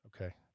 Okay